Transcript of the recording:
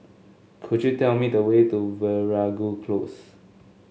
could you tell me the way to Veeragoo Close